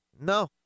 no